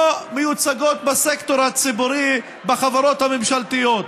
מיוצגות בסקטור הציבורי בחברות הממשלתיות.